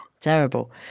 Terrible